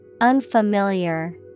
Unfamiliar